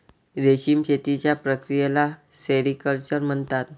रेशीम शेतीच्या प्रक्रियेला सेरिक्चर म्हणतात